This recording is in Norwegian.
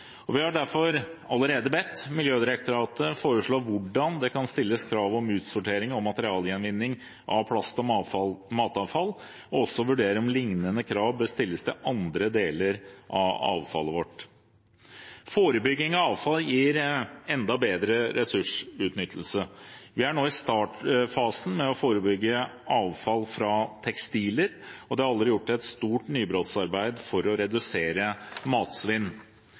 Vi har derfor allerede bedt Miljødirektoratet foreslå hvordan det kan stilles krav om utsortering og materialgjenvinning av plast og matavfall, og også vurdere om lignende krav bør stilles til andre deler av avfallet vårt. Forebygging av avfall gir enda bedre ressursutnyttelse. Vi er nå i startfasen med å forebygge avfall fra tekstiler, og det er allerede gjort et stort nybrottsarbeid for å redusere matsvinn.